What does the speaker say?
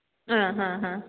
ആ ഹാ ഹാ